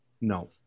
No